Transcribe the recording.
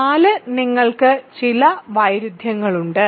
4 നിങ്ങൾക്ക് ചില വൈരുദ്ധ്യങ്ങളുണ്ട്